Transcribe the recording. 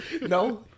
No